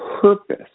purpose